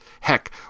Heck